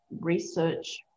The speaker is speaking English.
research